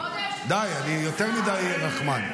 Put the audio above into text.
די, אני יותר מדי רחמן.